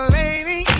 lady